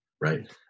right